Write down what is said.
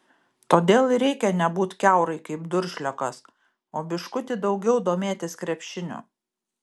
todėl ir reikia nebūt kiaurai kaip duršliokas o biškutį daugiau domėtis krepšiniu